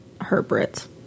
Herbert